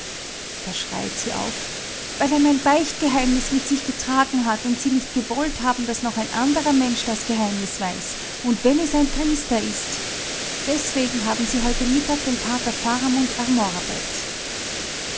da schreit sie auf weil er mein beichtgeheimnis mit sich getragen hat und sie nicht gewollt haben daß noch ein anderer mensch das geheimnis weiß und wenn es ein priester ist deswegen haben sie heute mittag den pater faramund ermordet